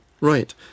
Right